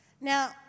Now